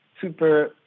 super